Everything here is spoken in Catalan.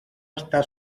està